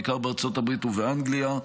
בעיקר בארצות הברית ובאנגליה,